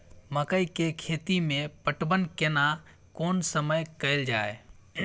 मकई के खेती मे पटवन केना कोन समय कैल जाय?